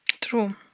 true